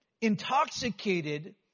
intoxicated